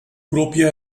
propia